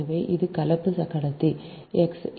எனவே இது கலப்பு கடத்தி x